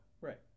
Right